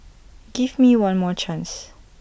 give me one more chance